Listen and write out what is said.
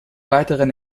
weiteren